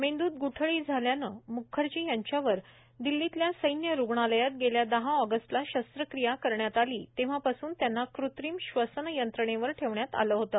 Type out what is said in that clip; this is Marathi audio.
मेंद्रत ग्ठळी झाल्यानं म्खर्जी यांच्यावर दिल्लीतल्या सैन्य रुग्णालयात गेल्या दहा ऑगस्टला शस्त्रक्रिया करण्यात आली तेव्हापासून त्यांना कृत्रीम श्वसन यंत्रणेवर ठेवण्यात आलं होतं